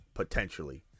potentially